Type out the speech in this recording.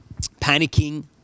panicking